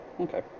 Okay